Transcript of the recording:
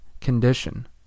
condition